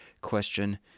question